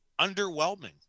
underwhelming